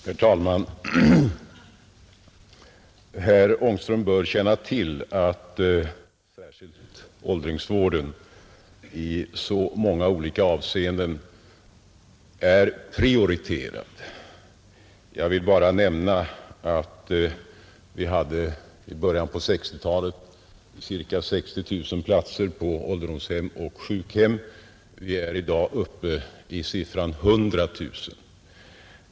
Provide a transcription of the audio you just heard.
Herr talman! Herr Ångström bör känna till att särskilt åldringsvården i många olika avseenden är prioriterad, Jag vill bara nämna att vi i början av 1960-talet hade ca 60 000 platser på ålderdomshem och sjukhem. Vi är i dag uppe i siffran 100 000.